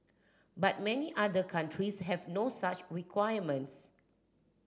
but many other countries have no such requirements